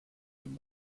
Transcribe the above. with